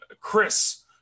chris